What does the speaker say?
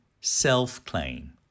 self-claim